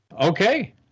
Okay